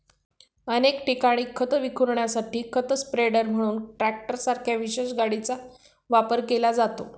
अनेक ठिकाणी खत विखुरण्यासाठी खत स्प्रेडर म्हणून ट्रॅक्टरसारख्या विशेष गाडीचा वापर केला जातो